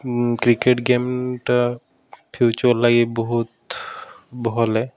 cricket ଗେମ୍ଟା future ଲାଗି ବହୁତ୍ ଭଲ୍ ଆଏ